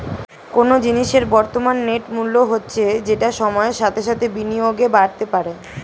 কোনো জিনিসের বর্তমান নেট মূল্য হচ্ছে যেটা সময়ের সাথে সাথে বিনিয়োগে বাড়তে পারে